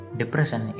depression